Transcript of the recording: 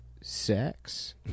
sex